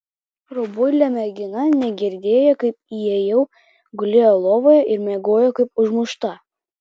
rubuilė mergina negirdėjo kaip įėjau gulėjo lovoje ir miegojo kaip užmušta